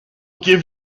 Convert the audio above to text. give